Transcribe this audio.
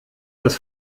das